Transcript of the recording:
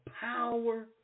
power